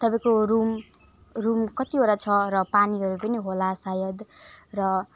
तपाईँको room room कतिवटा छ र पानीहरू पनि होला सायद र